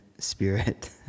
spirit